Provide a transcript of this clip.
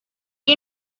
you